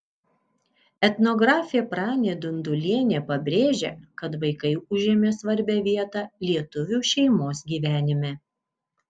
etnografė pranė dundulienė pabrėžia kad vaikai užėmė svarbią vietą lietuvių šeimos gyvenime